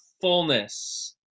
fullness